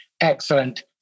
Excellent